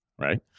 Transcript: right